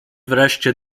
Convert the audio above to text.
wreszcie